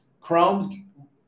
Chrome